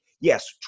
Yes